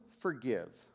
forgive